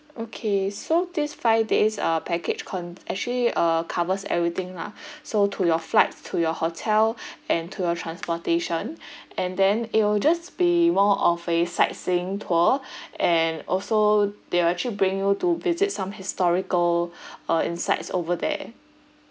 okay so this five days uh package con~ actually uh covers everything lah so to your flights to your hotel and to your transportation and then it will just be more of a sightseeing tour and also they will actually bring you to visit some historical uh insights over there